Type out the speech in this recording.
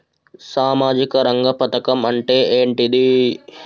సామాజిక రంగ పథకం అంటే ఏంటిది?